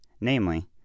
namely